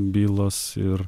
bylos ir